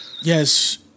Yes